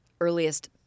earliest